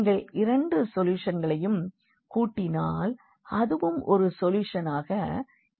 நீங்கள் இரண்டு சொல்யூஷன்களையும் கூட்டினால் அதுவும் ஒரு சொல்யூஷனாக இருக்கும்